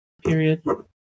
Period